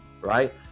right